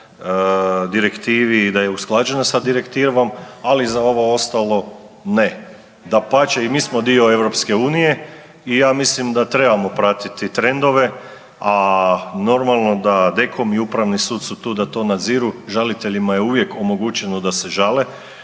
direktivi i da je usklađena sa direktivom, ali za ovo ostalo ne. Dapače i mi smo dio EU i ja mislim da trebamo pratiti trendove, a normalno da DKOM i Upravni sud su tu da to nadziru. Žaliteljima je uvijek omogućeno da se žale.